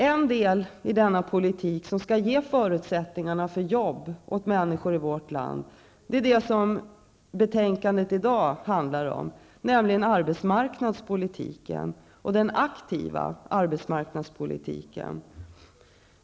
En del i den politik som skall ge förutsättningar för jobb åt människor i vårt land är det som betänkandet i dag handlar om, nämligen arbetsmarknadspolitiken, den aktiva arbetsmarknadspolitiken.